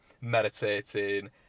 meditating